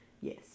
Yes